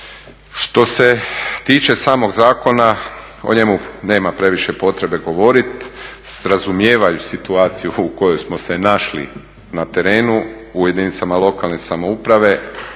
Što se tiče samog zakona o njemu nema previše potrebe govoriti. Razumijevaju situaciju u kojoj smo se našli na terenu u jedinicama lokalne samouprave,